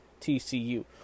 TCU